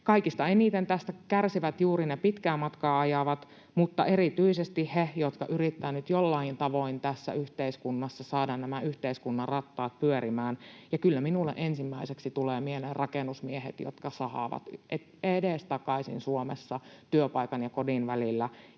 Kaikista eniten tästä kärsivät juuri ne pitkää matkaa ajavat, mutta erityisesti he, jotka yrittävät nyt jollain tavoin tässä yhteiskunnassa saada nämä yhteiskunnan rattaat pyörimään. Ja kyllä minulle ensimmäiseksi tulevat mieleen rakennusmiehet, jotka sahaavat edestakaisin Suomessa työpaikan ja kodin välillä.